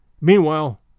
Meanwhile